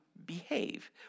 behave